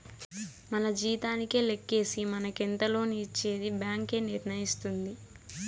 మన జీతానికే లెక్కేసి మనకెంత లోన్ ఇచ్చేది బ్యాంక్ ఏ నిర్ణయిస్తుంది